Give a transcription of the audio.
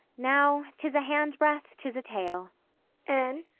now, tis a handbreadth, tis a tale anne,